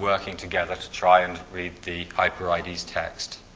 working together to try and read the hypereides text.